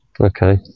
okay